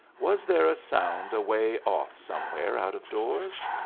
was there a sound away off somewhere out-of-doors?